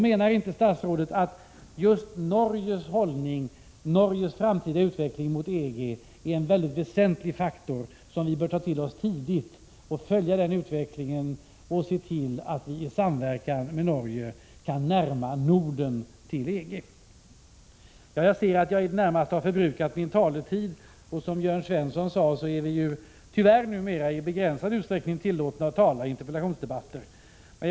Menar inte statsrådet att just Norges hållning, Norges framtida utveckling mot EG, är en mycket väsentlig faktor som vi bör ta till oss tidigt och följa denna utveckling och se till att vi i samverkan med Norge kan närma Norden till EG? Jag ser att jag i det närmaste har förbrukat min taletid i denna omgång. Som Jörn Svensson nämnde är tyvärr taletiden i interpellationsdebatter begränsad.